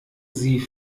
sie